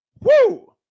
Woo